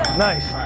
nice.